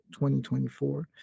2024